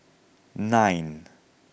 nine